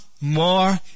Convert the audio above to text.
more